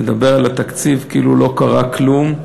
לדבר על התקציב כאילו לא קרה כלום.